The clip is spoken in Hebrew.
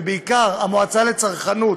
ובעיקר המועצה לצרכנות,